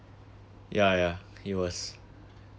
ya ya he was